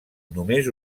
només